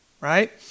right